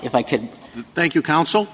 if i could thank you counsel